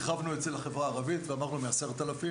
הרחבנו את זה לחברה הערבית ואמרנו שמ-10000,